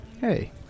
Hey